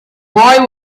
boy